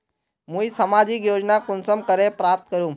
मुई सामाजिक योजना कुंसम करे प्राप्त करूम?